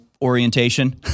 orientation